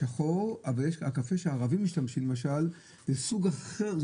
שחור אבל הקפה שהערבים משתמשים בו למשל זה סוג אחר,